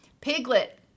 Piglet